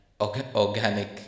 organic